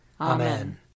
Amen